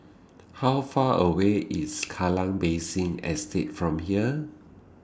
How Far away IS Kallang Basin Estate from here